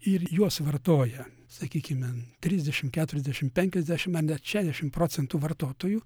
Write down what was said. ir juos vartoja sakykime n trisdešim keturiasdešim penkiasdešim ar net šešiasdešim procentų vartotojų